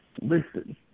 Listen